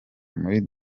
muri